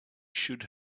should